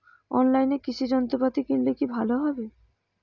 অনলাইনে কৃষি যন্ত্রপাতি কিনলে কি ভালো হবে?